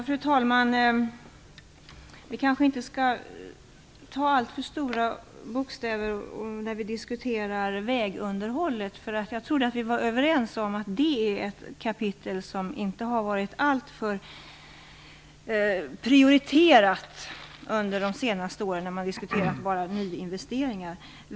Fru talman! Vi kanske inte skall ta alltför stora bokstäver i munnen när vi diskuterar vägunderhållet. Jag trodde att vi var överens om att det är ett kapitel som inte har varit alltför prioriterat under de senaste åren, när man bara diskuterat nyinvesteringar.